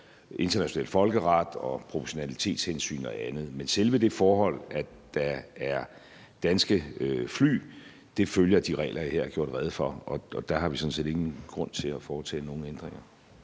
international folkeret, proportionalitetshensyn og andet. Men selve det forhold, at der er danske flykomponenter, følger de regler, jeg her har gjort rede for, og der har vi sådan set ingen grund til at foretage nogen ændringer.